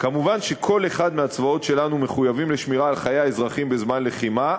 "כמובן שכל אחד מהצבאות שלנו מחויב לשמירה על חיי האזרחים בזמן לחימה,